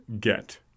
get